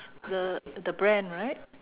the the brand right